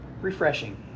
refreshing